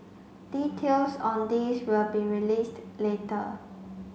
details on this will be released later